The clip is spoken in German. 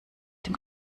dem